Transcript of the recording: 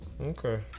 Okay